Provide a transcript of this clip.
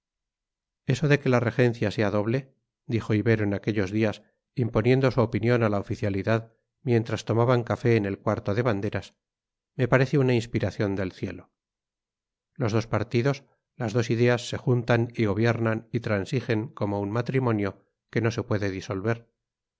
eso de que la regencia sea doble dijo ibero en aquellos días imponiendo su opinión a la oficialidad mientras tomaban café en el cuarto de banderas me parece una inspiración del cielo los dos partidos las dos ideas se juntan y gobiernan y transigen como un matrimonio que no se puede disolver